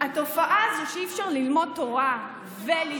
התופעה הזאת שבה אי-אפשר ללמוד תורה ולהתפרנס